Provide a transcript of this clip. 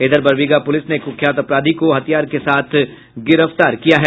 इधर बरबीघा पुलिस ने एक कुख्यात अपराधी को हथियार के साथ गिरफ्तार किया है